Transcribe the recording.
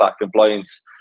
compliance